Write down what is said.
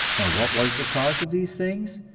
and what was the cause of these things?